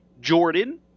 Jordan